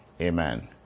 Amen